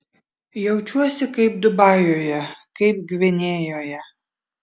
jaučiuosi kaip dubajuje kaip gvinėjoje